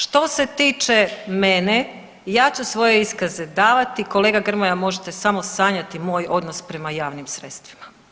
Što se tiče mene, ja ću svoje iskaze davati, kolega Grmoja možete samo sanjati moj odnos prema javnim sredstvima.